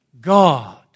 God